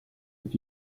avec